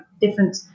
different